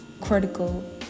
critical